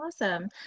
Awesome